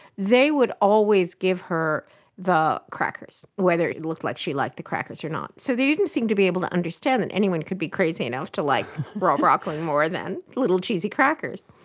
they would always give her the crackers, whether it looked like she liked the crackers or not. so they didn't seem to be able to understand that anyone could be crazy to like raw broccoli more than little cheesy crackers.